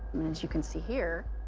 as you can see here,